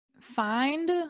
find